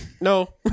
No